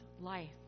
life